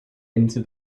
into